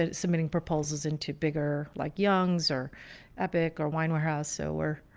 ah submitting proposals into bigger like young's or epic or wine warehouse. so we're,